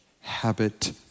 habit